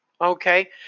Okay